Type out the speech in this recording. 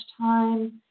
time